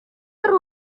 ari